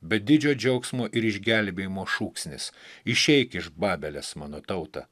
bet didžio džiaugsmo ir išgelbėjimo šūksnis išeik iš babelės mano tauta